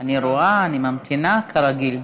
אני רואה, אני ממתינה, כרגיל.